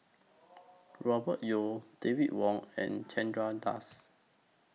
Robert Yeo David Wong and Chandra Das